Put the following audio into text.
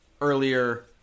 earlier